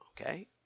okay